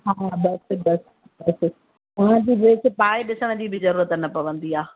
हा बसि बसि बसि उन जी ड्रेस पाए ॾिसण जी बि ज़रूरत न पवंदी आहे